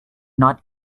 not